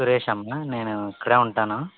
సురేష్ అమ్మ నేను ఇక్కడే ఉంటాను